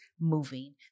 moving